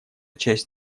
часть